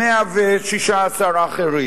116 האחרים,